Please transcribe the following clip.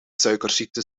suikerziekte